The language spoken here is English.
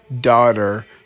daughter